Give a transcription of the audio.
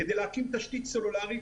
כדי להקים תשתית סלולרית,